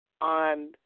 On